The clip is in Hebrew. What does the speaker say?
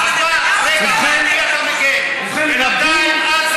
ובכן, לא אף אחד